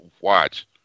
watch